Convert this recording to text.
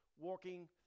walking